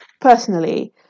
personally